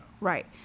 Right